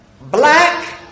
Black